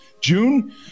June